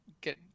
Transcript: get